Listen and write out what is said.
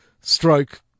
stroke